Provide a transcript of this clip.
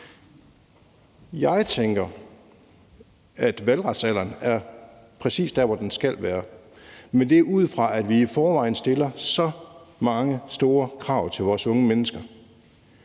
Jeg tænker, at valgretsalderen er præcis der, hvor den skal være, men det er ud fra, at vi i forvejen stiller så mange store krav til vores unge mennesker.